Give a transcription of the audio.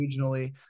regionally